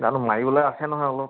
জানো মাৰিবলৈ আছে নহয় অলপ